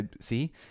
See